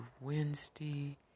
Wednesday